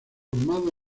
formado